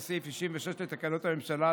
ובהתאם לסעיף 66 לתקנון הממשלה,